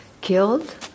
killed